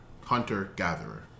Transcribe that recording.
Hunter-gatherer